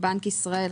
בנק ישראל,